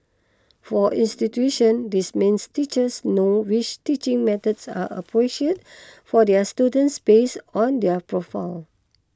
for institutions this means teachers know which teaching methods are appreciate for their students based on their profiles